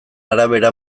arabera